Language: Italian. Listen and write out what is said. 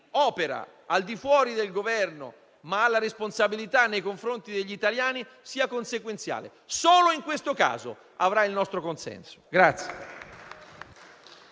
opera al di fuori del Governo, ma ha la responsabilità nei confronti degli italiani, agisca in modo consequenziale. Solo in questo caso lei avrà il nostro consenso.